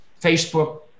Facebook